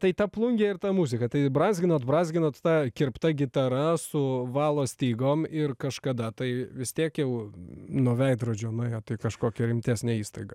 tai ta plungė ir ta muzika tai brązginot brązginot ta kirpta gitara su valo stygom ir kažkada tai vis tiek jau nuo veidrodžio nuėjot į kažkokią rimtesnę įstaigą